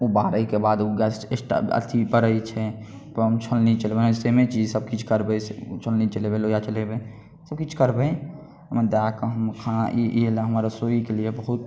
ओ बारै के बाद ओ गैस स्टा अअथी परै छै तऽ ओहिमे छोंल्ली चलेबै सेमे चीज सब किछु करबै छोंल्ली चलेबै लोहिया चलेबै सब किछु करबै ओहिमे दए कए हम खाना ई ई लिए हमर रसोइ के लिये बहुत